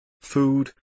Food